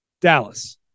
Dallas